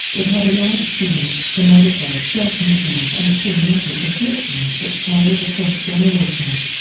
it had allowed humans to modify certain genes and cure genetic afflictions that carried across generations.